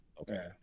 Okay